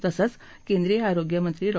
तसंच केंद्रीय आरोग्य मंत्री डॉ